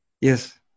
Yes